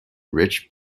rich